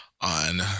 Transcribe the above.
on